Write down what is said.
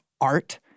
art